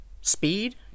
speed